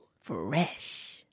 fresh